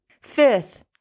Fifth